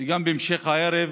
וגם בהמשך הערב